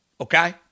Okay